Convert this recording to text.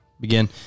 Begin